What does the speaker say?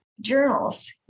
journals